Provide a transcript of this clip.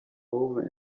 over